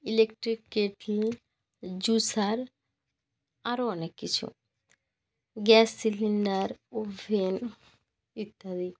electric kettle juicer আরও অনেক কিছু গ্যাস সিলিন্ডার ওভেন ইত্যাদি